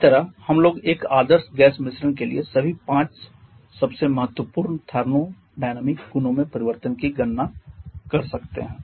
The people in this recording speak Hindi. इस तरह हम लोग एक आदर्श गैस मिश्रण के लिए सभी पांच सबसे महत्वपूर्ण थर्मोडायनामिक गुणों में परिवर्तन की गणना कर सकते हैं